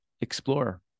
explore